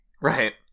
Right